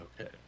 Okay